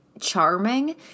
charming